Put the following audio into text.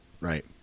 Right